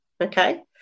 Okay